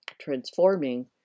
transforming